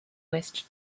west